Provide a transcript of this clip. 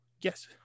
yes